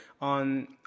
on